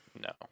No